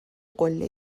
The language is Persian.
قله